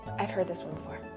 i've heard this one before.